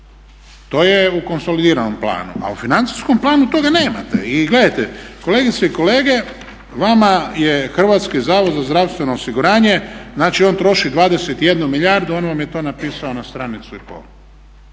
To je u konsolidiranom planu, a u financijskom planu toga nemate. I gledajte, kolegice i kolege, vama je Hrvatski zavod za zdravstveno osiguranje, znači on troši 21 milijardu, on vam je to napisao na stranicu i pol.